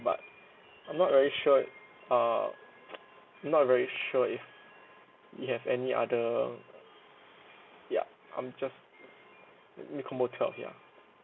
but I'm not very sure uh I'm not very sure if you have any other yup I'm just maybe combo twelve ya